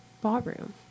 Ballroom